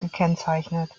gekennzeichnet